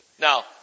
Now